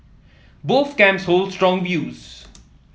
both camps hold strong views